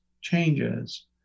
changes